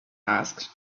asked